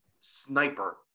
sniper